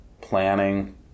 planning